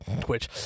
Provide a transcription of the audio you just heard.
Twitch